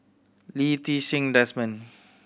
Lee Ti Seng Desmond